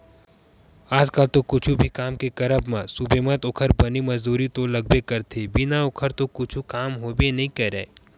आज कल तो कुछु भी काम के करब म सुबेवत ओखर बनी मजदूरी तो लगबे करथे बिना ओखर तो कुछु काम होबे नइ करय